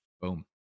boom